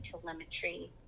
telemetry